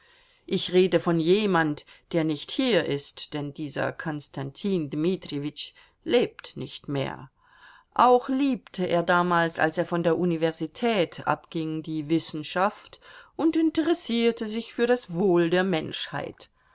ich rede von jemand der nicht hier ist denn dieser konstantin dmitrijewitsch lebt nicht mehr auch liebte er damals als er von der universität abging die wissenschaft und interessierte sich für das wohl der menschheit